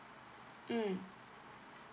mm